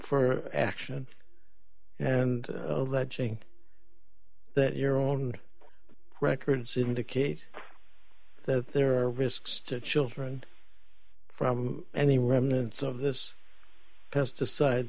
for action and alleging that your own records indicate that there are risks to children from any remnants of this pesticide